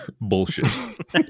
Bullshit